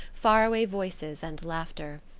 faraway voices and laughter.